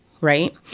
right